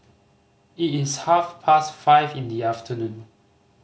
it is half past five in the afternoon